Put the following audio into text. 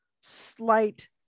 slight